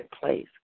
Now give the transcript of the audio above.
place